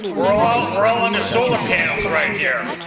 we're all we're all under solar panels right here.